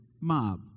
mob